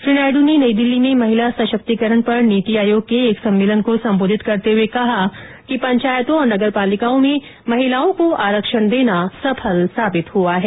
श्री नायड ने नई दिल्ली में महिला सशक्तीकरण पर नीति आयोग के एक सम्मेलन को संबोधित करते हुए कहा कि पंचायतों और नगर पालिकाओं में महिलाओं को आरक्षण देना सफल साबित हुआ है